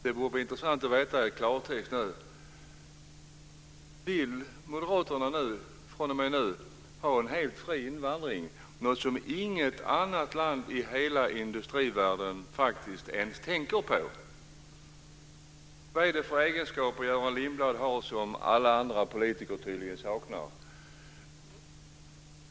Det vore intressant att nu få besked i klartext: Vill Moderaterna fr.o.m. nu ha en helt fri invandring, något som inget annat land i hela industrivärlden faktiskt ens tänker på? Vilka egenskaper är det som Göran Lindblad har men som tydligen alla andra politiker saknar?